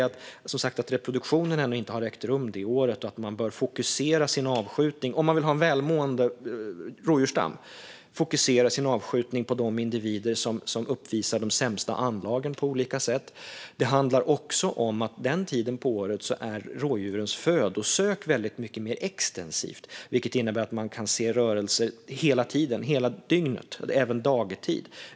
Det första är att reproduktionen ännu inte har ägt rum det året och att man, om man vill ha en välmående rådjursstam, bör fokusera sin avskjutning på de individer som uppvisar de sämsta anlagen på olika sätt. Det andra är att rådjurens födosök är väldigt mycket mer extensivt den tiden på året, vilket innebär att man kan se rörelser hela dygnet, även dagtid.